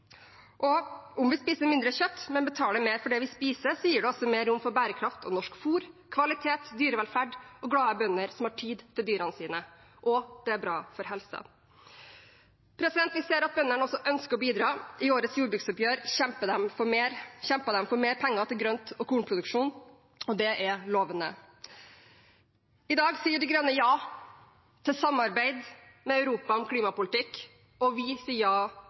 for. Om vi spiser mindre kjøtt, men betaler mer for det vi spiser, gir det også mer rom for bærekraft og norsk fôr, kvalitet, dyrevelferd og glade bønder som har tid til dyrene sine. Og det er bra for helsa. Vi ser at bøndene også ønsker å bidra. I årets jordbruksoppgjør kjempet de for mer penger til grønt- og kornproduksjon. Det er lovende. I dag sier De Grønne ja til samarbeid med Europa om klimapolitikk, og vi sier ja